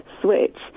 switch